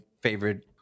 favorite